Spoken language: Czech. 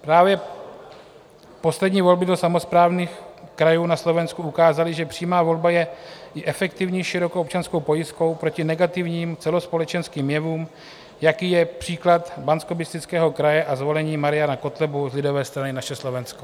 Právě poslední volby do samosprávných krajů na Slovensku ukázaly, že přímá volba je i efektivní širokou občanskou pojistkou proti negativním celospolečenským jevům, jako je příklad Banskobystrického kraje a zvolení Mariana Kotleby z Lidové strany Naše Slovensko.